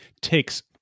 takes